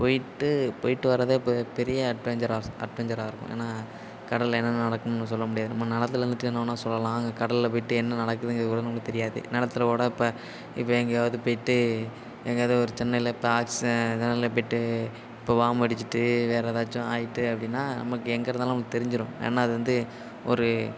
போயிட்டு போயிட்டு வரதே பெ பெரிய அட்வெஞ்சராஸ் அட்வெஞ்சராக இருக்கும் ஏன்னா கடலில் என்னென்ன நடக்கும்னு சொல்ல முடியாது நம்ம நிலத்துல இருந்துகிட்டு என்ன வேணாலும் சொல்லலாம் அங்கே கடலில் போயிட்டு என்ன நடக்குதுங்கிறது கூட நம்மளுக்கு தெரியாது நிலத்துல கூட இப்போ இப்போ எங்கேயாவுது போயிட்டு எங்கேயாவுது ஒரு சென்னையில் இப்போ ஆக்சிரெ இப்போ வாம் அடிச்சிவிட்டு வேறு எதாச்சும் ஆயிட்டு அப்படின்னா நமக்கு எங்கே இருந்தாலும் நமக்கு தெரிஞ்சிரும் ஏன்னா அது வந்து ஒரு